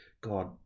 God